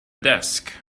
desk